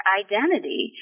identity